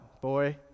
boy